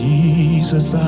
Jesus